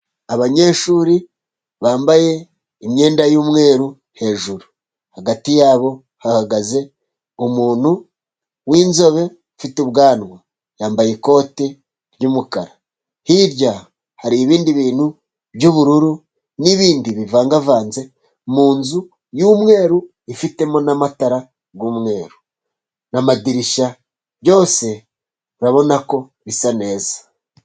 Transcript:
Abanyeshuri bambaye imyenda y'umweru hejuru, hagati yabo hahagaze umuntu w'inzobe ufite ubwanwa, yambaye ikoti ry'umukara, hirya har'ibindi bintu by'ubururu n'ibindi bivangavanze mu nzu y'umweru ifitemo n'amatara y'umweru, n'amadirishya, byose urabona ko bisa neza.